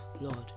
Lord